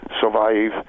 survive